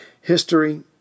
history